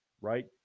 right –